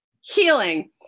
healing